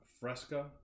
Fresca